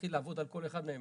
להתחיל לעבוד על כל אחד מהם